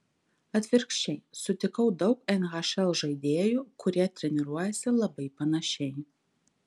atvirkščiai sutikau daug nhl žaidėjų kurie treniruojasi labai panašiai